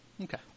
Okay